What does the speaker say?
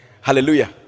hallelujah